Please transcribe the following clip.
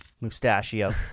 Mustachio